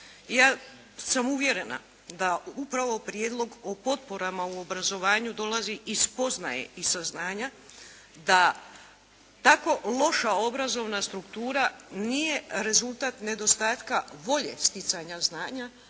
Ja sam uvjerena da upravo Prijedlog o potporama u obrazovanju dolazi iz spoznaje i saznanja da kako loša obrazovna struktura nije rezultat nedostatka volje sticanja znanja